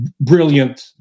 brilliant